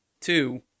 Two